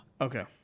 Okay